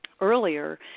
earlier